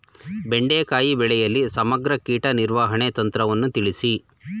ಬೆಂಡೆಕಾಯಿ ಬೆಳೆಯಲ್ಲಿ ಸಮಗ್ರ ಕೀಟ ನಿರ್ವಹಣೆ ತಂತ್ರವನ್ನು ತಿಳಿಸಿ?